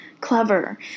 Clever